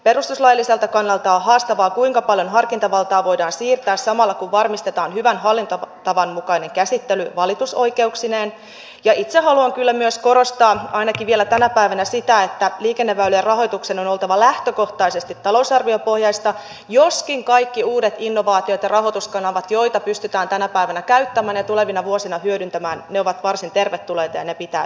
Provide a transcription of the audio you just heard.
perustuslailliselta kannalta on haastavaa kuinka paljon harkintavaltaa voidaan siirtää samalla kun varmistetaan hyvän hallintotavan mukainen käsittely valitusoikeuksineen ja itse haluan kyllä myös korostaa ainakin vielä tänä päivänä sitä että liikenneväylien rahoituksen on oltava lähtökohtaisesti talousarviopohjaista joskin kaikki uudet innovaatiot ja rahoituskanavat joita pystytään tänä päivänä käyttämään ja tulevina vuosina hyödyntämään ovat varsin tervetulleita ja ne pitää hyödyntää